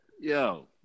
Yo